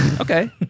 Okay